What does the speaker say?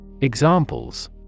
Examples